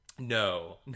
No